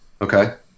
okay